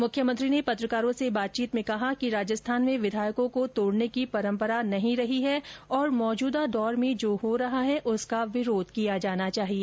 मुख्यमंत्री ने पत्रकारों से बातचीत में कहा कि राजस्थान में विधायकों को तोड़ने की परम्परा नहीं रही है और मौजूदा दौर में जो हो रहा है उसका विरोध किया जाना चाहिए